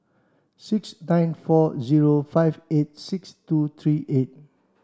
six nine four zero five eight six two three eight